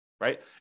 right